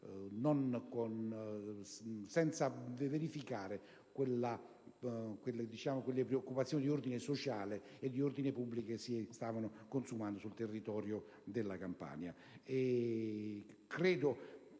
il riemergere di quelle preoccupazioni di ordine sociale e di ordine pubblico che si stavano consumando sul territorio della Campania. Signor